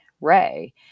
Ray